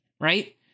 right